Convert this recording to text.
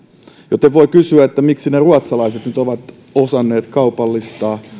joten voi kysyä miksi ne ruotsalaiset nyt ovat osanneet kaupallistaa